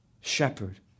shepherd